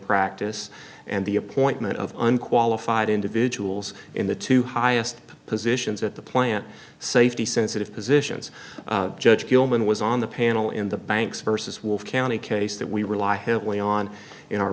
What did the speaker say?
practice and the appointment of unqualified individuals in the two highest positions at the plant safety sensitive positions judge gilman was on the panel in the banks versus wolf county case that we rely heavily on in our